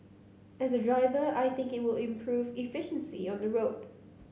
as a driver I think it will improve efficiency on the road